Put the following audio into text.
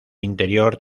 interior